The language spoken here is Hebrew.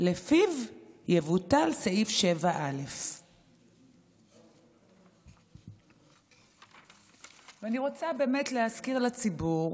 שלפיו יבוטל סעיף 7א. אני רוצה להזכיר לציבור